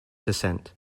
descent